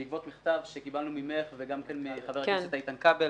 בעקבות מכתב שקיבלנו ממך וגם מחבר הכנסת איתן כבל,